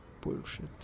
bullshit